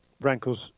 rankles